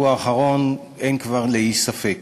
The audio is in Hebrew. אני חושב שאחרי מאורעות השבוע האחרון אין כבר לאיש ספק